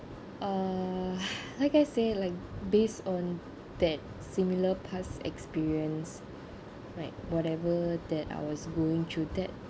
uh like I say like based on that similar past experience like whatever that I was going through that